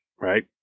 right